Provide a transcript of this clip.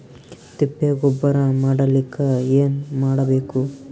ತಿಪ್ಪೆ ಗೊಬ್ಬರ ಮಾಡಲಿಕ ಏನ್ ಮಾಡಬೇಕು?